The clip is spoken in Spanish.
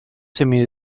semi